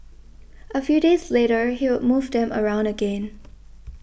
a few days later he would move them around again